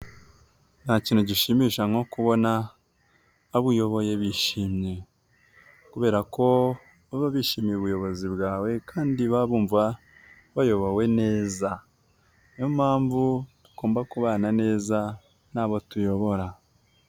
Nta kintu gishimisha nko kubona abo uyoboye bishimye kubera ko baba bishimiye ubuyobozi bwawe kandi baba bumva bayobowe neza, ni yo mpamvu tugomba kubana neza n'abo tuyobora.